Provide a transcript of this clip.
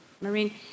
Marine